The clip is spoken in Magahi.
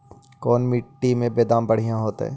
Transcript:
कोन मट्टी में बेदाम बढ़िया होतै?